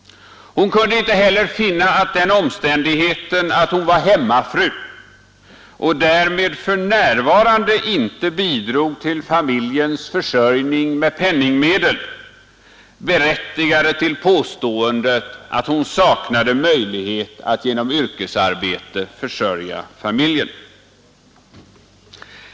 Hon kunde inte heller finna att den omständigheten att hon var hemmafru och därmed för närvarande inte bidrog till familjens försörjning med penningmedel berättigade till påståendet att hon saknade möjlighet att genom yrkesarbete försörja familjen.